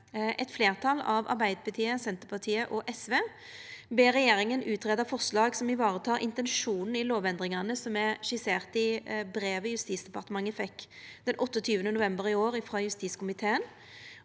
som består av Arbeidarpartiet, Senterpartiet og SV, ber regjeringa utgreia forslag som varetek intensjonen i lovendringane, som er skisserte i brevet Justis- og beredskapsdepartementet fekk den 28. november i år frå justiskomiteen,